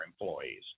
employees